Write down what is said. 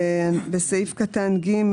בסעיף קטן (ג)